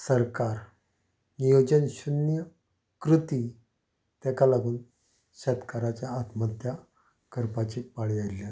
सरकार नियोजन शुन्य कृती ताका लागून शेतकाराचें आत्महत्या करपाची पाळी आयिल्ली आसा